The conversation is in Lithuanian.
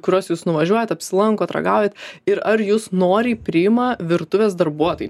kuriuos jūs nuvažiuojat apsilankot ragaujat ir ar jus noriai priima virtuvės darbuotojai